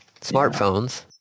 smartphones